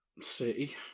City